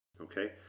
okay